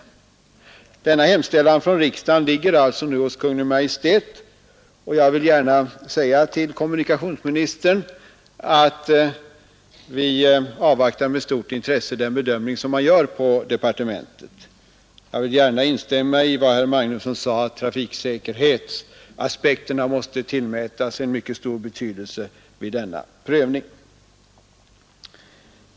Denna riksdagens hemställan ligger hos Kungl. Maj:t, och jag vill gärna säga till kommunikationsministern att vi avvaktar med stort intresse den bedömning som görs i departementet. Jag vill gärna instämma i vad herr Magnusson sade om att trafiksäkerhetsaspekterna måste tillmätas en mycket stor betydelse vid denna prövning.